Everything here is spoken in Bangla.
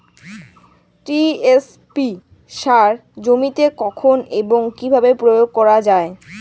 টি.এস.পি সার জমিতে কখন এবং কিভাবে প্রয়োগ করা য়ায়?